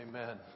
Amen